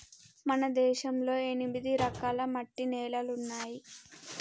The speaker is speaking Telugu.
మన దేశంలో ఎనిమిది రకాల మట్టి నేలలున్నాయి